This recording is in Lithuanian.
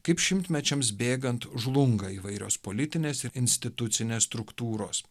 kaip šimtmečiams bėgant žlunga įvairios politinės ir institucinės struktūros